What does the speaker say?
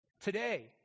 today